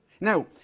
Now